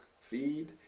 feed